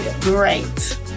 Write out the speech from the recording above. great